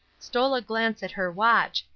stole a glance at her watch,